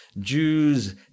Jews